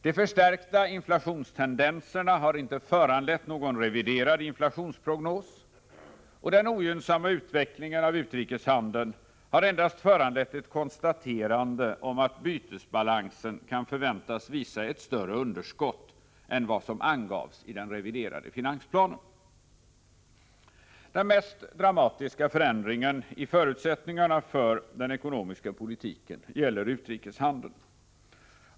De förstärkta inflationstendenserna har inte föranlett någon reviderad inflationsprognos, och den ogynnsamma utvecklingen av utrikeshandeln har endast föranlett ett konstaterande om att bytesbalansen kan förväntas visa ett större underskott än vad som angavs i den reviderade finansplanen. Den mest dramatiska förändringen av förutsättningarna för den ekonomiska politiken gäller utrikeshandeln.